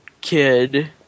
kid